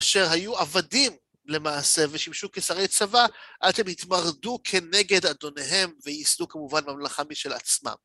כשהיו עבדים, למעשה, ושימשו כשרי צבא, עד שהתמרדו כנגד אדוניהם וייסדו כמובן ממלכה משל עצמם.